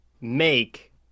make